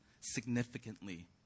significantly